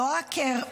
שמייבאים לואקר,